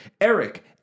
Eric